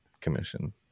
commission